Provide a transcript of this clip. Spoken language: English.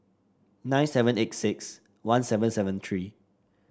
nine seven eight six one seven seven three